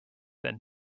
than